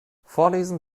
vorlesen